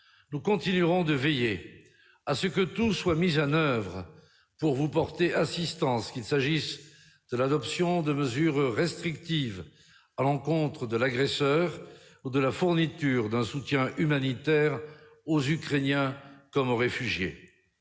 Nous continuerons de veiller à ce que tout soit mis en oeuvre pour vous porter assistance, qu'il s'agisse de l'adoption de mesures restrictives à l'encontre de l'agresseur ou de la fourniture d'un soutien humanitaire aux Ukrainiens comme aux réfugiés.